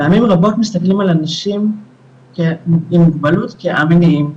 פעמים רבות מסתכלים על אנשים עם מוגבלות כא-מיניים,